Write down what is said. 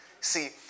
See